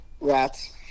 Rats